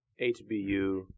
HBU